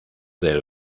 del